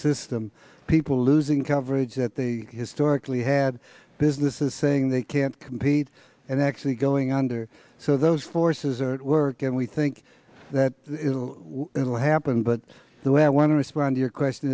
system people losing coverage that historically had businesses saying they can't compete and actually going under so those forces are at work and we think that will happen but the way i want to respond your question